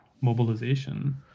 mobilization